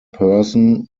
person